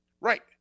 Right